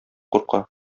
курка